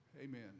Amen